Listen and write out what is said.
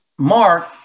mark